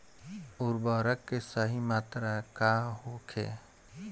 उर्वरक के सही मात्रा का होखे?